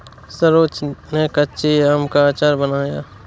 सरोज ने कच्चे आम का अचार बनाया